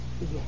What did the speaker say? Yes